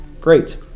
Great